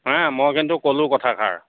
হাঁ মই কিন্তু ক'লোঁ কথাষাৰ